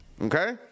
okay